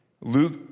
Luke